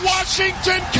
Washington